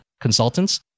consultants